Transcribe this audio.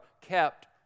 kept